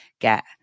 get